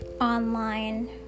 online